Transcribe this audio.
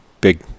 big